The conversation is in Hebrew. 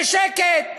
ושקט.